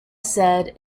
said